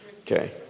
Okay